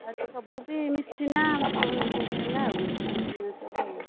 ଆଉ ସବୁ ବି ମିଶିକି ହେଲା ଆଉ ମିଶିକି ସବୁ ଆଉ